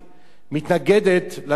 מתנגדת לשימוש